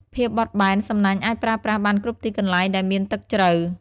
ភាពបត់បែន សំណាញ់អាចប្រើប្រាស់បានគ្រប់ទីកន្លែងដែលមានទឹកជ្រៅ។